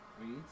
reads